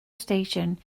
station